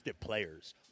players